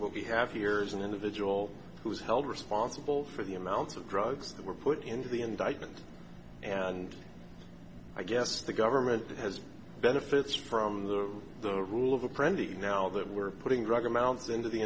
will be have here is an individual who is held responsible for the amounts of drugs that were put into the indictment and i guess the government has benefits from the the rule of apprentice now that we're putting drug amounts into the